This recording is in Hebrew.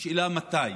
השאלה היא מתי.